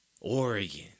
Oregon